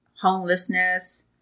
homelessness